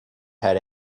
have